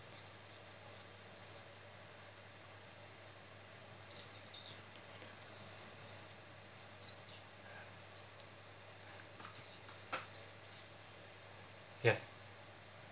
ya